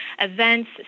events